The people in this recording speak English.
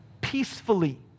peacefully